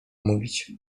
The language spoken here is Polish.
mówić